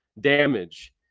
damage